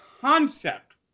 concept